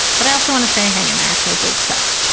but i also want to say hang in there because it's tough